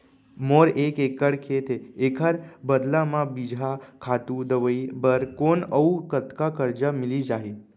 मोर एक एक्कड़ खेत हे, एखर बदला म बीजहा, खातू, दवई बर कोन अऊ कतका करजा मिलिस जाही?